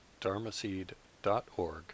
dharmaseed.org